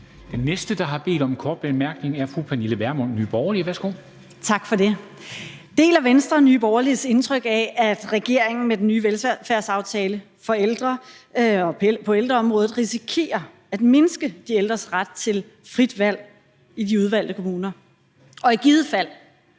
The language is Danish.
Den næste, der har bedt om en kort bemærkning, er fru Pernille Vermund, Nye Borgerlige. Værsgo. Kl. 13:43 Pernille Vermund (NB): Tak for det. Deler Venstre Nye Borgerliges indtryk af, at regeringen med den nye velfærdsaftale på ældreområdet risikerer at mindske de ældres ret til frit valg i de udvalgte kommuner, og i givet fald